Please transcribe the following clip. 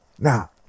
Now